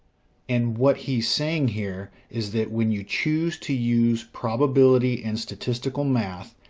and what he's saying here is that when you choose to use probability and statistical math,